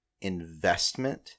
investment